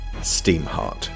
Steamheart